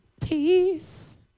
Peace